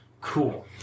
Cool